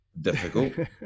difficult